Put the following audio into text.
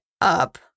up